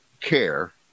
care